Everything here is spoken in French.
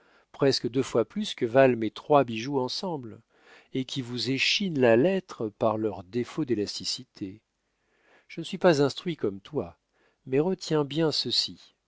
presque deux fois plus que valent mes trois bijoux ensemble et qui vous échinent la lettre par leur défaut d'élasticité je ne suis pas instruit comme toi mais retiens bien ceci